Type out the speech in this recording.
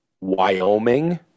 wyoming